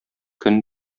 көн